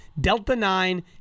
Delta-9